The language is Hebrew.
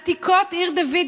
עתיקות עיר דוד,